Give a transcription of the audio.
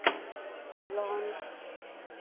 ᱞᱚᱡᱽ